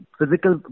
physical